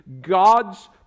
God's